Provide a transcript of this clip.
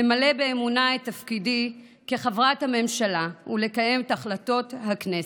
למלא באמונה את תפקידי כחברת הממשלה ולקיים את ההחלטות של הכנסת.